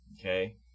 Okay